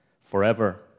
forever